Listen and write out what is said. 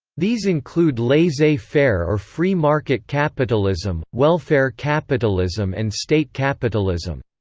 these include laissez-faire or free market capitalism, welfare capitalism and state capitalism.